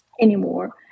anymore